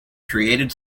created